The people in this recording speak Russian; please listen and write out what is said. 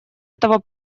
этого